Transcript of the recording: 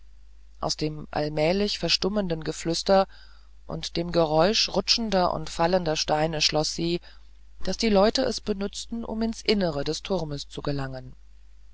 aus dem allmählich verstummenden geflüster und dem geräusch rutschender und fallender steine schloß sie daß die leute es benützten um ins innere des turmes zu gelangen